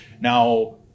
Now